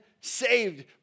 saved